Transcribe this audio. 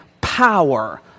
power